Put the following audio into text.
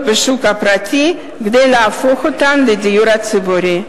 בשוק הפרטי כדי להפוך אותן לדיור ציבורי.